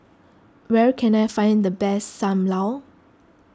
where can I find the best Sam Lau